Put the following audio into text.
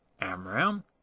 Amram